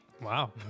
Wow